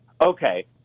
Okay